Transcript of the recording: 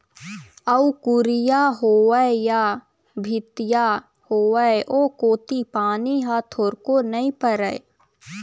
अउ कुरिया होवय या भीतिया होवय ओ कोती पानी ह थोरको नइ परय